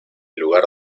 lugar